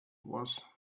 was